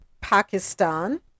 Pakistan